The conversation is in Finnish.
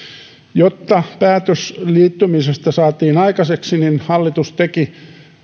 jotta päätös liittymisestä saatiin aikaiseksi hallitus teki